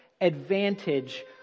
advantage